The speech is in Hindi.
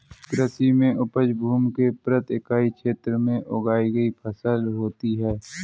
कृषि में उपज भूमि के प्रति इकाई क्षेत्र में उगाई गई फसल होती है